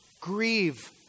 grieve